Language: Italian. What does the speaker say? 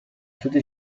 tutti